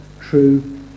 true